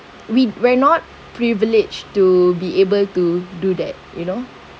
we we're not privileged to be able to do that you know